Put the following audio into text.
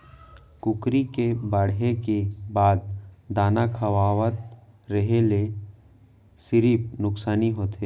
कुकरी के बाड़हे के बाद दाना खवावत रेहे ल सिरिफ नुकसानी होथे